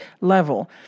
level